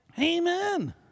Amen